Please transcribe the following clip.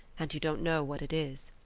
and you don't know what it is